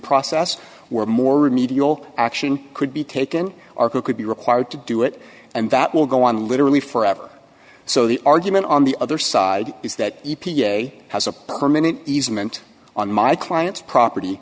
process where more remedial action could be taken arco could be required to do it and that will go on literally forever so the argument on the other side is that e p a has a permanent easement on my client's property